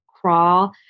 crawl